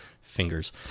fingers